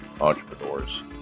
Entrepreneurs